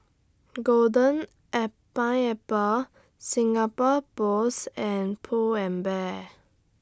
Golden An Pineapple Singapore Post and Pull and Bear